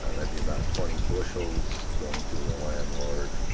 ah that'd be about twenty bushels going to the landlord,